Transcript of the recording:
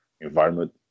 environment